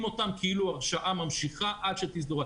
אותם כאילו ההרשאה ממשיכה עד שיסודר.